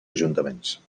ajuntaments